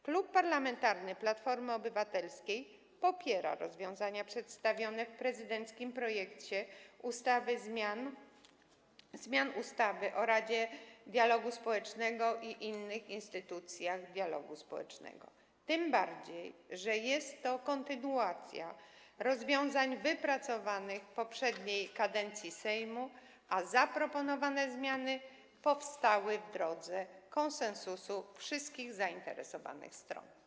Klub Parlamentarny Platforma Obywatelska popiera rozwiązania przedstawione w prezydenckim projekcie zmian ustawy o Radzie Dialogu Społecznego i innych instytucjach dialogu społecznego, tym bardziej że jest to kontynuacja rozwiązań wypracowanych w poprzedniej kadencji Sejmu, a zaproponowane zmiany powstały w drodze konsensusu wszystkich zainteresowanych stron.